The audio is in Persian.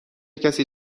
کسی